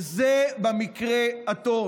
וזה במקרה הטוב.